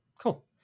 cool